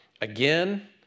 Again